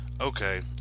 ...okay